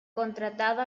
contratado